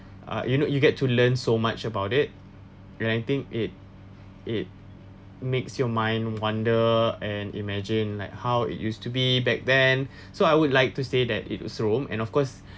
ah you know you get to learn so much about it and I think it it makes your mind wander and imagine like how it used to be back then so I would like to say that it is rome and of course